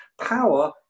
power